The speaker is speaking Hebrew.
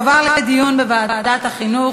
להצעה לסדר-היום ולהעביר את הנושא לוועדת החינוך,